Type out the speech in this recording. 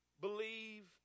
believe